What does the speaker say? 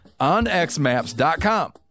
onxmaps.com